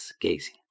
gazing